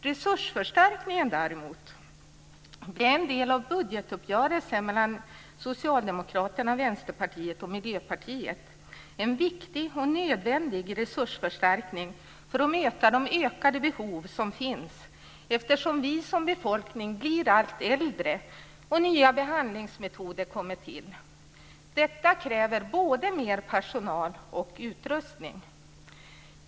Resursförstärkningen däremot är en del av budgetuppgörelsen mellan Socialdemokraterna, Vänsterpartiet och Miljöpartiet. Det är en viktig och nödvändig resursförstärkning för att möta de ökade behov som finns, eftersom vi som befolkning blir allt äldre och nya behandlingsmetoder kommer till. Detta kräver både mer personal och utrustning.